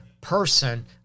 person